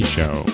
Show